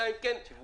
אלא אם כן אני,